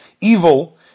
evil